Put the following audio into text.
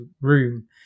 room